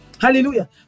Hallelujah